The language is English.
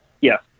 Yes